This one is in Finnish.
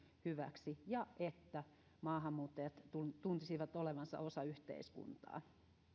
hyväksi ja että maahanmuuttajat tuntisivat olevansa osa yhteiskuntaa